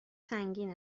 سنگین